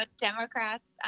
Democrats